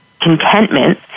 contentment